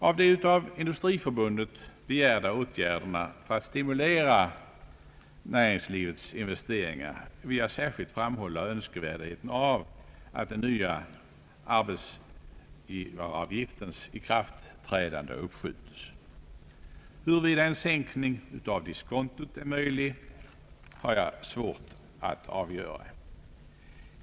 Av de av Industriförbundet begärda åtgärderna för att stimulera näringslivets investeringar vill jag särskilt framhålla önskvärdheten av att ikraftträdandet av den nya arbetsgivaravgiften uppskjutes. Huruvida en sänkning av diskontot är möjlig har jag svårt att avgöra.